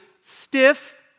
stiff